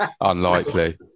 Unlikely